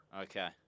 Okay